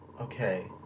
Okay